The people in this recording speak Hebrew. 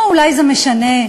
או אולי זה משנה,